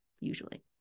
usually